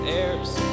Heirs